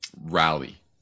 rally